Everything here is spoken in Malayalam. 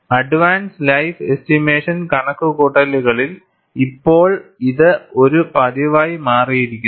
അഡ്വാൻസ്ഡ് ലൈഫ് എസ്റ്റിമേഷൻ കണക്കുകൂട്ടലുകളിൽ ഇപ്പോൾ ഇത് ഒരു പതിവായി മാറിയിരിക്കുന്നു